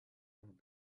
und